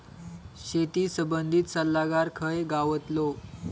शेती संबंधित सल्लागार खय गावतलो?